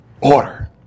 Order